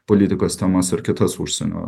politikos temas ar kitas užsienio